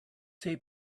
they